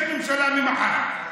יש ממשלה ממחר.